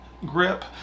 grip